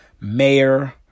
mayor